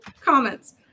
comments